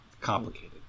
Complicated